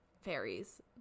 fairies